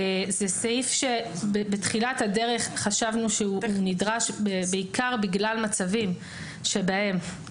זה סעיף שבתחילת הדרך חשבנו שהוא נדרש בעיקר בגלל מצבים שבהם